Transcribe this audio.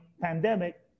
pandemic